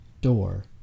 door